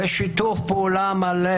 בשיתוף פעולה מלא.